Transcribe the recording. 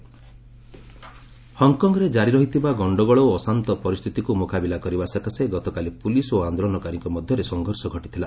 ହଙ୍କକଟ୍ଟ ହଙ୍କକଙ୍ଗରେ ଜାରି ରହିଥିବା ଗଣ୍ଡଗୋଳ ଓ ଅଶାନ୍ତ ପରିସ୍ଥିତିକୁ ମୁକାବିଲା କରିବା ସକାଶେ ଗତକାଲି ପୁଲିସ୍ ଓ ଆନ୍ଦୋଳନକାରୀଙ୍କ ମଧ୍ୟରେ ସଂଘର୍ଷ ଘଟିଥିଲା